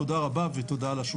תודה רבה ותודה על השותפות.